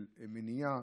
של מניעה,